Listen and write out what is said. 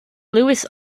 louis